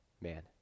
man